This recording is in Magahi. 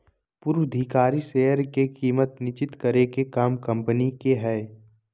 पूर्वधिकारी शेयर के कीमत निश्चित करे के काम कम्पनी के हय